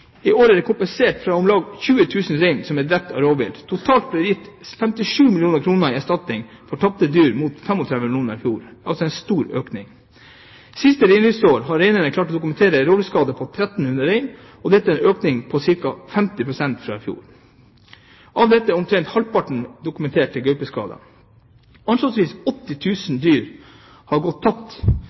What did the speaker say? I år er det kompensert for om lag 20 000 rein som er drept av rovvilt, totalt ble det gitt 57 mill. kr i erstatning for tapte dyr, mot 35 mill. kr i fjor – altså en stor økning. Siste reindriftsår har reineierne klart å dokumentere rovviltskade på 1 300 rein, og dette er en økning på ca. 50 pst. fra i fjor. Av dette er omtrent halvparten dokumenterte gaupeskader. Anslagsvis 80 000 dyr har gått tapt